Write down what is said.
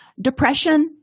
Depression